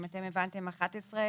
חשוב